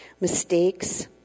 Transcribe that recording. mistakes